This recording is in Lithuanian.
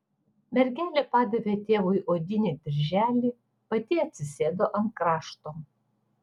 mergelė padavė tėvui odinį dirželį pati atsisėdo ant krašto